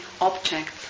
objects